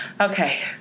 Okay